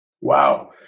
Wow